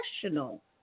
professional